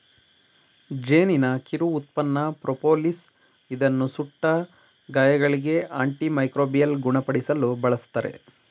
ಜೇನಿನ ಕಿರು ಉತ್ಪನ್ನ ಪ್ರೋಪೋಲಿಸ್ ಇದನ್ನು ಸುಟ್ಟ ಗಾಯಗಳಿಗೆ, ಆಂಟಿ ಮೈಕ್ರೋಬಿಯಲ್ ಗುಣಪಡಿಸಲು ಬಳ್ಸತ್ತರೆ